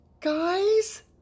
guys